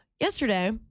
Yesterday